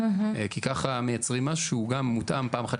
כי ככה מייצרים משהו שהוא גם מותאם פעם אחת